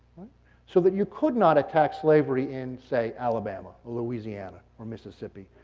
so, then you could not attach slavery in say, alabama, or louisiana, or mississippi,